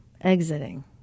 exiting